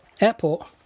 Airport